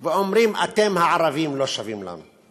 אומרים: אתם הערבים לא שווים לנו,